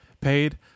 paid